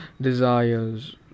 desires